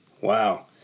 Wow